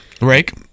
Rake